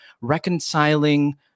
Reconciling